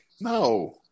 No